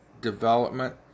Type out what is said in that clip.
development